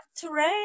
terrain